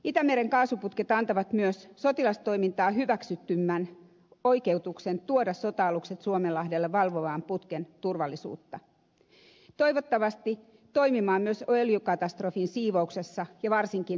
itämeren kaasuputket antavat myös sotilastoimintaa hyväksytymmän oikeutuksen tuoda sota alukset suomenlahdelle valvomaan putken turvallisuutta toivottavasti toimimaan myös öljykatastrofin siivouksessa ja varsinkin maksamisessa